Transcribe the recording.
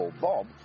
Bob